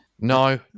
No